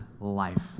life